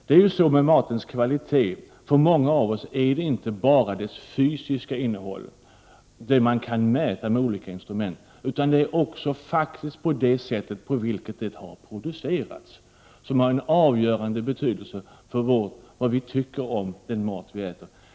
För många av oss gäller matens kvalitet inte bara det fysiska innehållet, som man kan mäta med olika instrument. Det sätt på vilket maten har producerats har faktiskt en avgörande betydelse för vad vi tycker om den mat vi äter.